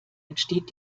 entsteht